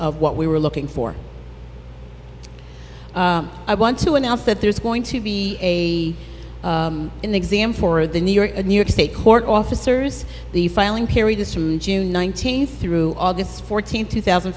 of what we were looking for i want to announce that there's going to be a in the exam for the new york new york state court officers the filing perry does from june nineteenth through august fourteenth two thousand